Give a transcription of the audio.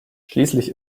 schließlich